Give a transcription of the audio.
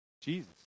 Jesus